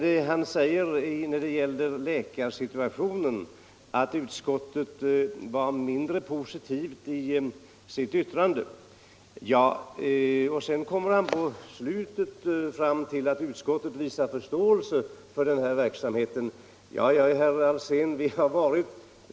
Herr Alsén sade först beträffande läkarsituationen att utskottet är mindre positivt i sitt betänkande, men mot slutet av sitt anförande sade han att utskottet visat förståelse för situationen.